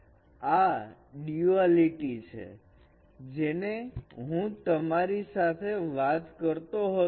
તો આ Duality છે જેની હું તમારી સાથે વાત કરતો હતો